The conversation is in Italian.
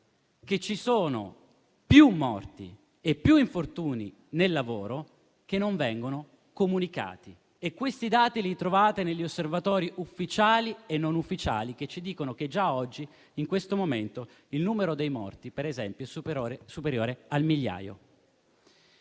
che ci sono più morti e più infortuni sul lavoro che non vengono comunicati e questi dati li trovate negli osservatori ufficiali e non ufficiali, che ci dicono che già oggi in questo momento il numero dei morti, per esempio, è superiore al migliaio.